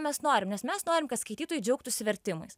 mes norim nes mes norim kad skaitytojai džiaugtųsi vertimais